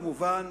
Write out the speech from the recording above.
כמובן,